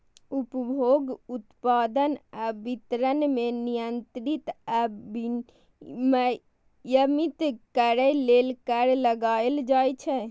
उपभोग, उत्पादन आ वितरण कें नियंत्रित आ विनियमित करै लेल कर लगाएल जाइ छै